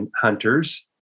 Hunters